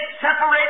separate